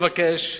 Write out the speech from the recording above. אם הייתי מבקש,